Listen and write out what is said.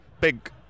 big